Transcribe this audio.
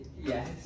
Yes